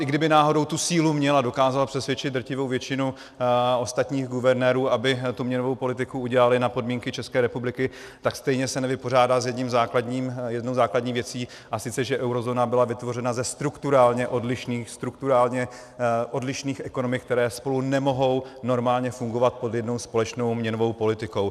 I kdyby náhodou tu sílu měla a dokázala přesvědčit drtivou většinu ostatních guvernérů, aby tu měnovou politiku udělali na podmínky České republiky, tak stejně se nevypořádá s jednou základní věcí, a sice že eurozóna byla vytvořena ze strukturálně odlišných, strukturálně odlišných ekonomik, které spolu nemohou normálně fungovat pod jednou společnou měnovou politikou.